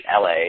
LA